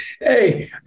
Hey